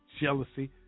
jealousy